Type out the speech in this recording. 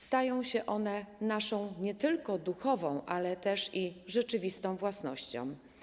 Stają się one naszą nie tylko duchową, ale też i rzeczywistą własnością.